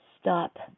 stop